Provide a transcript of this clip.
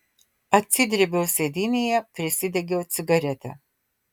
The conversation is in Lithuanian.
atsidrėbiau sėdynėje prisidegiau cigaretę